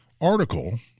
article